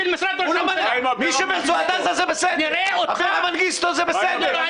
עם מנגיסטו זה בסדר,